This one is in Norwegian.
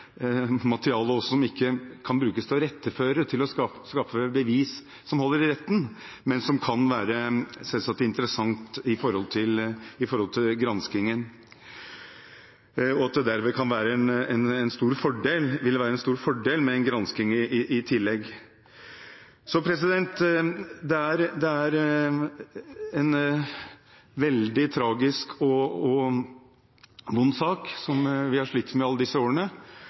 materialet som de går igjennom i etterforskningen, kan være materiale som egentlig ikke kan brukes til å iretteføre, til å skaffe bevis som holder i retten, men som selvsagt kan være interessant i forhold til etterforskningen, og at det dermed vil være en stor fordel med en gransking i tillegg. Det er en veldig tragisk og vond sak, som vi har slitt med i alle disse årene.